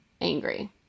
angry